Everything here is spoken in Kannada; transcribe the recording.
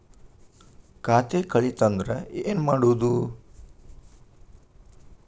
ಖಾತೆ ಕಳಿತ ಅಂದ್ರೆ ಏನು ಮಾಡೋದು?